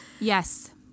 Yes